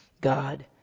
God